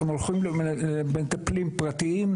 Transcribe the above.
הם הולכים למטפלים פרטיים.